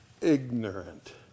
ignorant